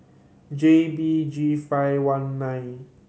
J B G five one nine